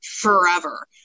forever